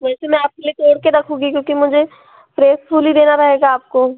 वैसे मैं आपके लिए तोड़ के रखूंगी क्योंकि मुझे फ्रेस फूल ही देना रहेगा आपको